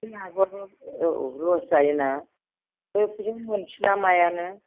जोंनाबो लस जायोना बे फैसाखौ मोनफिना मायानो